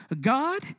God